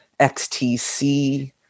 XTC